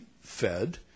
fed